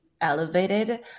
elevated